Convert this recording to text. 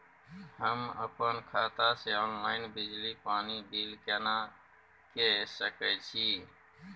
हम अपन खाता से ऑनलाइन बिजली पानी बिल केना के सकै छी?